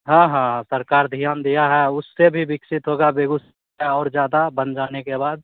हाँ हाँ सरकार ध्यान दिया है उससे भी विकसित होगा बेगुस और ज्यादा बन जाने के बाद